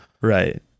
Right